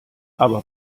aber